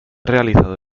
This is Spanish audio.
realizado